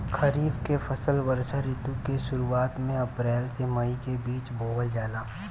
खरीफ के फसल वर्षा ऋतु के शुरुआत में अप्रैल से मई के बीच बोअल जाला